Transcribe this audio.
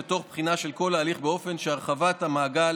ותוך בחינה של כל ההליך באופן שהרחבת מעגל